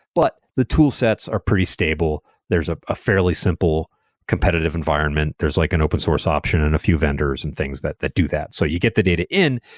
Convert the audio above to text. but the toolsets are pretty stable. there's ah a fairly simple competitive environment. there's like an open source option and a few vendors and things that that do that. so you get the data in.